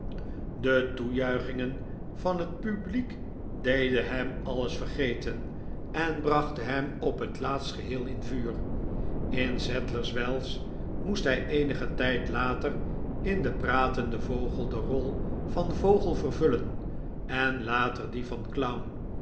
de toejuichingen van het publiek deden hem alles vergeten en brachten hem op het laatst geheel in vuur in sadlers wells moest hij eenigen tijd later in de pratende vogel de rol van vogel vervullen en later die van clown